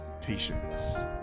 Patience